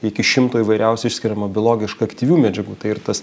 iki šimto įvairiausių išskiriamo biologiška aktyvių medžiagų tai ir tas